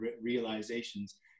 realizations